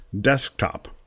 Desktop